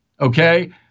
okay